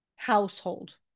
household